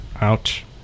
Ouch